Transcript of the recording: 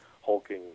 hulking